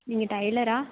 நீங்கள் டைலரா